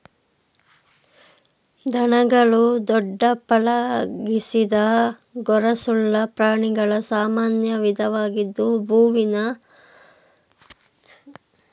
ದನಗಳು ದೊಡ್ಡ ಪಳಗಿಸಿದ ಗೊರಸುಳ್ಳ ಪ್ರಾಣಿಗಳ ಸಾಮಾನ್ಯ ವಿಧವಾಗಿದ್ದು ಬೋವಿನಿ ಉಪಕುಟುಂಬದ ಆಧುನಿಕ ಸದಸ್ಯವಾಗಿವೆ